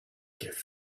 gift